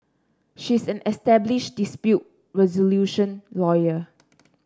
she's an established dispute resolution lawyer